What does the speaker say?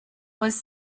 was